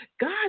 God